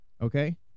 okay